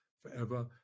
forever